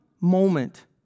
moment